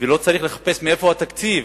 ולא צריך לחפש תקציב.